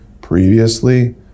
previously